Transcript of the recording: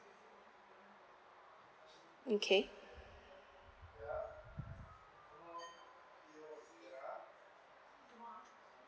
okay